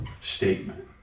statement